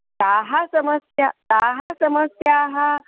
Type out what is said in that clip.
ताः समस्याः ताः समस्याः